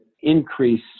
increase